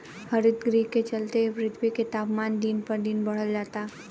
हरितगृह के चलते ही पृथ्वी के तापमान दिन पर दिन बढ़ल जाता